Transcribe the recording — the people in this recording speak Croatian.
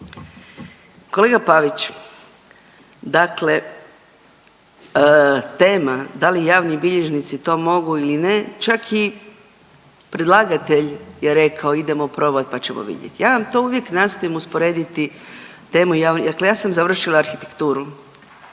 Kolega Pavić, dakle tema da li javni bilježnici to mogu ili ne, čak i predlagatelj je rekao idemo probati pa ćemo vidjeti. Ja vam to uvijek nastojim usporediti temu, .../nerazumljivo/... dakle ja sam završila arhitekturu.